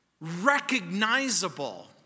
recognizable